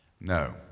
no